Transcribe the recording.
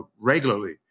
regularly